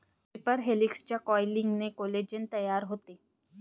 triple हेलिक्सच्या कॉइलिंगने collagen तयार होते